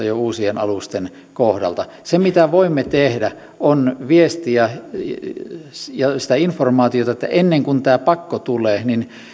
jo kaksituhattayhdeksäntoista uusien alusten kohdalta se mitä voimme tehdä on viestiä sitä informaatiota että ennen kuin tämä pakko tulee niin